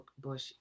Bush